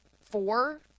four